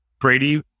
Brady